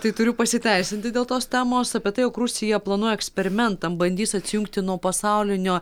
tai turiu pasiteisinti dėl tos temos apie tai jog rusija planuoja eksperimentam bandys atsijungti nuo pasaulinio